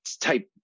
type